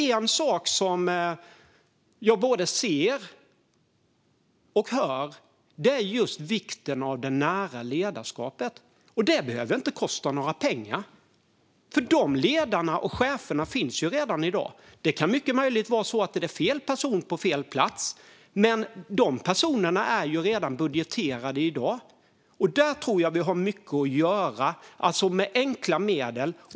En sak som jag både ser och hör om är vikten av det nära ledarskapet. Detta behöver inte kosta några pengar, för dessa ledare och chefer finns ju redan i dag. Det kan mycket väl vara så att det är fel person på platsen, men dessa personer är ju redan budgeterade för. Där tror jag att vi har mycket att göra med enkla medel.